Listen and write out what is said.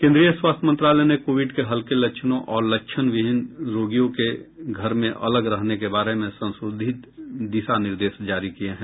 केन्द्रीय स्वास्थ्य मंत्रालय ने कोविड के हल्के लक्षणों और लक्षण विहीन रोगियों के घर में अलग रहने के बारे में संशोधित दिशा निर्देश जारी किए हैं